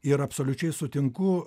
ir absoliučiai sutinku